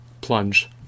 plunge